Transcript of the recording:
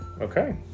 Okay